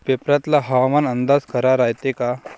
पेपरातला हवामान अंदाज खरा रायते का?